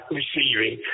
receiving